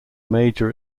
major